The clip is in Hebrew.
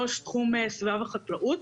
ראש תחום סביבה וחקלאות.